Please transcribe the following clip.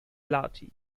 lahti